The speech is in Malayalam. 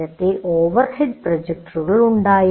നേരത്തെ ഓവർഹെഡ് പ്രൊജക്ടറുകൾ ഉണ്ടായിരുന്നു